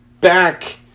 back